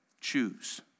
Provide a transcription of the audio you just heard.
choose